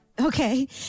Okay